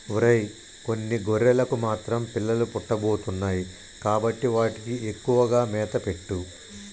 ఒరై కొన్ని గొర్రెలకు మాత్రం పిల్లలు పుట్టబోతున్నాయి కాబట్టి వాటికి ఎక్కువగా మేత పెట్టు